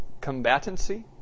combatancy